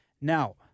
Now